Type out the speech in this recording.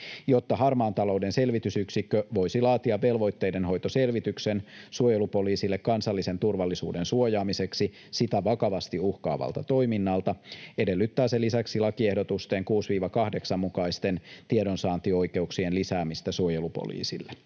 Jotta Harmaan talouden selvitysyksikkö voisi laatia velvoitteidenhoitoselvityksen suojelupoliisille kansallisen turvallisuuden suojaamiseksi sitä vakavasti uhkaavalta toiminnalta, edellyttää se lisäksi lakiehdotusten 6—8 mukaisten tiedonsaantioikeuksien lisäämistä suojelupoliisille.